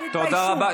תודה רבה.